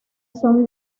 son